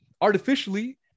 artificially